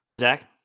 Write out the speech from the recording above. Zach